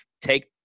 take